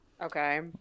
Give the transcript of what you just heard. Okay